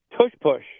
tush-push